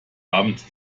abends